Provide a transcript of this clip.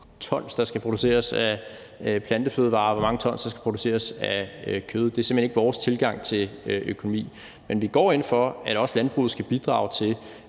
hvor mange tons der skal produceres af plantefødevarer, og hvor mange tons der skal produceres af kød. Det er simpelt hen ikke vores tilgang til økonomi. Men vi går ind for, at også landbruget skal bidrage til,